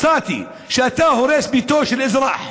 מצאתי: כשאתה הורס ביתו של אזרח,